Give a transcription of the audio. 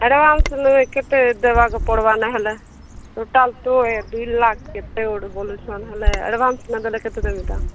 advance ମୁଇଁ କେତେ ଦେବାକୁ ପଡ଼ବା ନାଇଁ ହେଲେ ଟୋଟାଲ୍ ଦୁଇ ଦୁଇ ଲାକ୍ଷ୍ କେତେ ଗୋଟେ ବୋଲୁଛନ୍ ହେଲେ ଆଡ଼ଭାନ୍ସ ନ ଦେଲେ କେତେ ଦେବି କାଁ